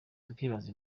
tukibaza